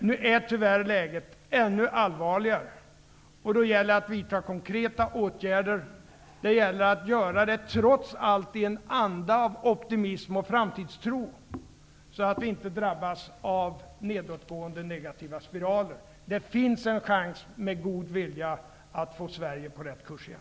Nu är läget tyvärr ännu allvarligare, och då gäller det att vidta konkreta åtgärder. Det gäller att trots allt göra det i en anda av optimism och framtidstro, så att vi inte drabbas av nedåtgående negativa spiraler. Det finns en chans, med god vilja, att få Sverige på rätt kurs igen.